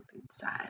inside